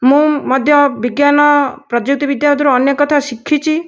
ମୁଁ ମଧ୍ୟ ବିଜ୍ଞାନ ପ୍ରଯୁକ୍ତିବିଦ୍ୟା ମଧ୍ୟରୁ ଅନେକ କଥା ଶିଖିଛି